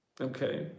Okay